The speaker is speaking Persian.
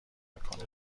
میکنه